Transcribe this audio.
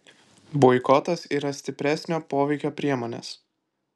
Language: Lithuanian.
boikotas yra stipresnio poveikio priemonės